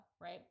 right